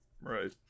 Right